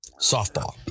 softball